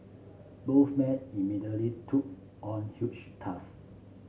both men immediately took on huge task